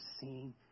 seen